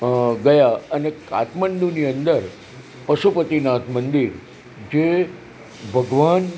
ગયા અને કાઠમંડુની અંદર પશુપતિનાથ મંદિર જે ભગવાન